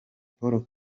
paul